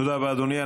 תודה רבה, אדוני.